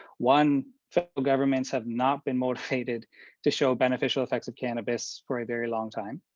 one, federal governments have not been motivated to show beneficial effects of cannabis for a very long time,